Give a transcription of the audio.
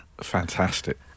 Fantastic